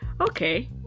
Okay